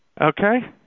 Okay